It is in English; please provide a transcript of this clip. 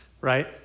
right